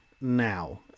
now